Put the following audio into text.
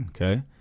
Okay